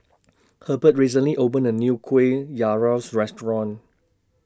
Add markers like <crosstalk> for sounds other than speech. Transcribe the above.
Herbert recently opened A New Kueh <unintelligible> Restaurant